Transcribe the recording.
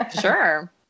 sure